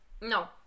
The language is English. No